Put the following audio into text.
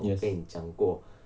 yes